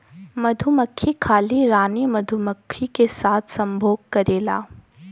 मधुमक्खी खाली रानी मधुमक्खी के साथ संभोग करेला